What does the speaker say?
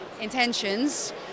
intentions